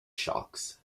shocks